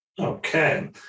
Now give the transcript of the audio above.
Okay